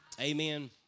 Amen